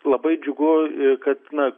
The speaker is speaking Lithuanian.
labai džiugu kad na